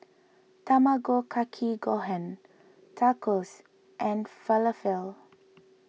Tamago Kake Gohan Tacos and Falafel